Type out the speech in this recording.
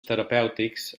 terapèutics